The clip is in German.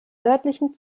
nördlichen